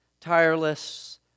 tireless